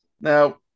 Now